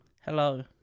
Hello